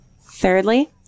Thirdly